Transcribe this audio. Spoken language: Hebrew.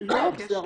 לא רק זה,